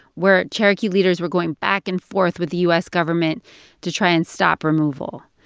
where cherokee leaders were going back and forth with the u s. government to try and stop removal.